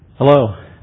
Hello